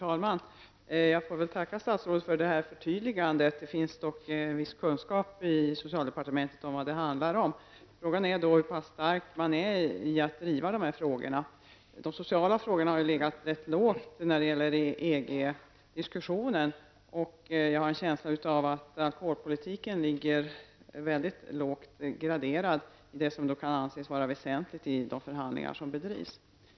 Herr talman! Jag tackar statsrådet för förtydligandet. Det finns dock en viss kunskap i socialdepartementet om vad detta handlar om. Frågan är hur pass stark man är i att driva dessa frågor. De sociala frågorna har legat rätt lågt i EG diskussionen. Jag har en känsla av att alkoholpolitiken är mycket lågt graderad i det som kan anses vara väsentligt i de förhandlingar som bedrivs.